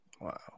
Wow